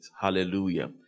Hallelujah